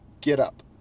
getup